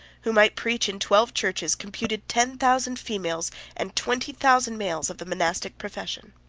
who might preach in twelve churches, computed ten thousand females and twenty thousand males, of the monastic profession.